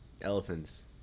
Elephants